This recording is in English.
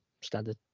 standard